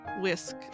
whisk